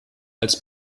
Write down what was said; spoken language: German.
als